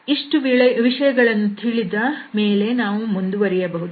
ಇಷ್ಟು ವಿಷಯಗಳನ್ನು ತಿಳಿದ ಮೇಲೆ ನಾವು ಮುಂದುವರಿಯಬಹುದು